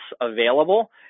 available